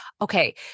okay